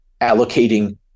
allocating